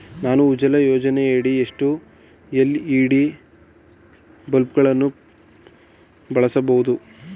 ನಾನು ಉಜಾಲ ಯೋಜನೆಯಡಿ ಎಷ್ಟು ಎಲ್.ಇ.ಡಿ ಬಲ್ಬ್ ಗಳನ್ನು ಬಳಸಬಹುದು?